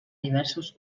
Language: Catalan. diversos